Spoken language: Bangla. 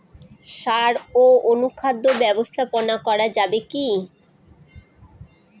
সাড় ও অনুখাদ্য ব্যবস্থাপনা করা যাবে কি?